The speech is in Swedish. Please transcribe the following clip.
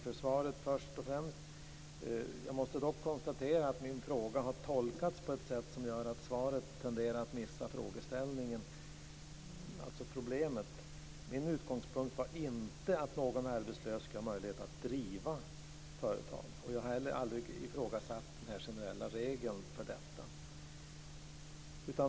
Fru talman! Först och främst tack för svaret! Jag måste dock konstatera att min fråga har tolkats på ett sätt som gör att svaret tenderar att missa problemet i frågeställningen. Min utgångspunkt var inte att någon arbetslös skall ha möjlighet att driva företag. Jag har heller aldrig ifrågasatt den generella regeln för detta.